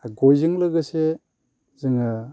आरो गयजों लोगोसे जोङो